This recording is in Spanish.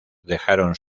dejaron